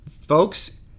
folks